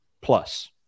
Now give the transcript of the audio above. plus